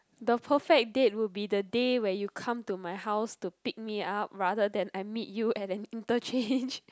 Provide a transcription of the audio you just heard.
the perfect date would be the day where you come to my house to pick me up rather than I meet you at an interchange